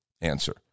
answer